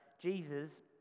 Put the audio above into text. Jesus